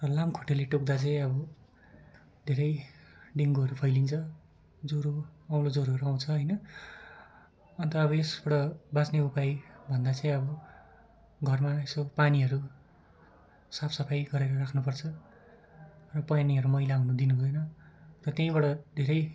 लामखुट्टेले टोक्दा चाहिँ अब धेरै डेङ्गुहरू फैलिन्छ ज्वरो औलेज्वरोहरू आउँछ होइन अन्त अब यसबाट बाँच्ने उपाय भन्दा चाहिँ अब घरमा यसो पानीहरू साफसफाइ गरेर राख्नुपर्छ र पानीहरू मैला हुन दिनुभएन र त्यहीँबाट धेरै